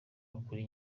ukuri